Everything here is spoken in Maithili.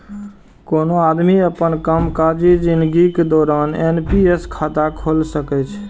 कोनो आदमी अपन कामकाजी जिनगीक दौरान एन.पी.एस खाता खोला सकैए